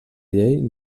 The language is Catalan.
llei